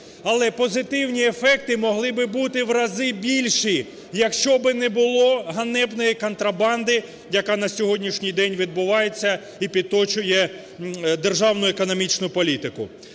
Але позитивні ефекти могли б бути в рази більші, якщо б не було ганебної контрабанди, яка на сьогоднішній день відбувається і підточує державну економічну політику.